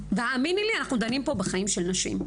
והאמיני לי, אנחנו דנים פה בחיים של נשים.